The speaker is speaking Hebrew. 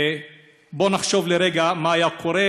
בואו נחשוב לרגע מה היה קורה,